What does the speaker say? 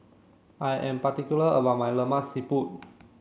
I am particular about my Lemak Siput